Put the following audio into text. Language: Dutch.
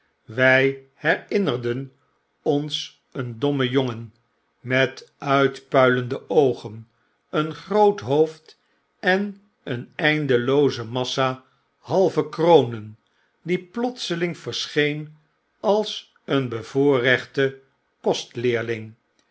wy herinneren ons een domme jongen met uitpuilende oogen een groot hoofd en een eindelooze massa halve kronen die plotseling verscheen als een bevoorrechte kostleerling